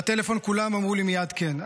בטלפון כולם אמרו לי מייד כן.